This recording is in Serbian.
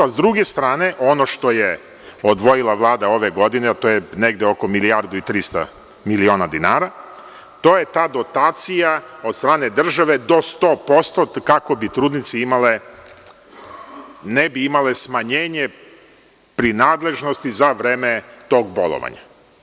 Sa druge strane, ono što je odvojila Vlada ove godine, a to je negde oko milijardu i 300 miliona dinara, to je ta dotacija od strane države do 100% kako bi trudnice imale, ne bi imale smanjenje pri nadležnosti za vreme tog bolovanja.